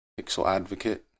pixeladvocate